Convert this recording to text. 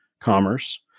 commerce